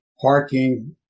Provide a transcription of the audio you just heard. parking